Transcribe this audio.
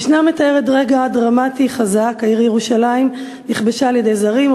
המשנה מתארת רגע דרמטי חזק: העיר ירושלים נכבשה על-ידי זרים,